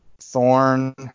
thorn